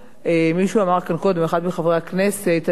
מישהו אמר כאן קודם, אחד מחברי הכנסת, אני מקווה,